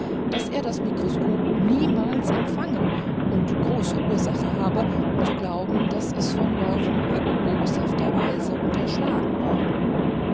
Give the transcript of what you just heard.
daß er das mikroskop niemals empfangen und große ursache habe zu glauben daß es von leuwenhoek boshafterweise unterschlagen worden